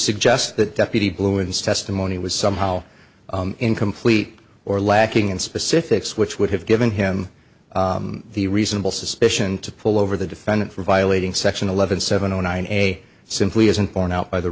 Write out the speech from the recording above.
suggest that deputy balloons testimony was somehow incomplete or lacking in specifics which would have given him the reasonable suspicion to pull over the defendant for violating section eleven seven zero nine a simply isn't borne out by the